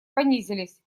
понизились